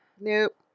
Nope